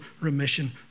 remission